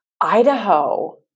Idaho